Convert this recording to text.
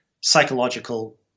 psychological